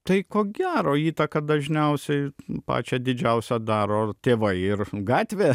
tai ko gero įtaką dažniausiai pačią didžiausią daro tėvai ir gatvė